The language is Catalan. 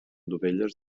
dovelles